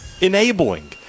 Enabling